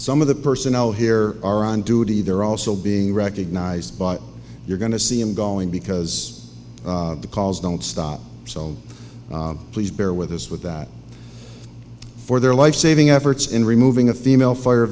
some of the personnel here are on duty they're also being recognized but you're going to see him going because the calls don't stop so please bear with us with that for their lifesaving efforts in removing a female fire